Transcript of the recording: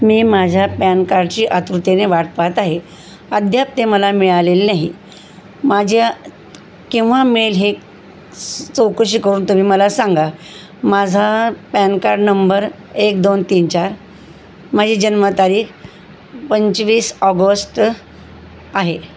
मी माझ्या पॅन कार्डची आतुरतेने वाट पहात आहे अद्याप ते मला मिळालेले नाही माझ्या केव्हा मिळेल हे चौकशी करून तुम्ही मला सांगा माझा पॅन कार्ड नंबर एक दोन तीन चार माझी जन्मतारीख पंचवीस ऑगस्ट आहे